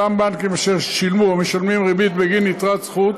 אותם בנקים אשר שילמו או משלמים ריבית בגין יתרת זכות